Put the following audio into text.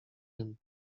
wiem